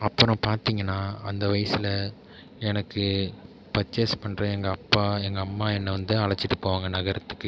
அப்புறம் பார்த்திங்கனா அந்த வயிசில் எனக்கு பர்ச்சேஸ் பண்ணுற எங்கள் அப்பா எங்கள் அம்மா என்ன வந்து அழைச்சிட்டு போவாங்க நகரத்துக்கு